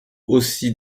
aussi